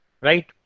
Right